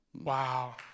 Wow